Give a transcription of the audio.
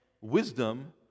Wisdom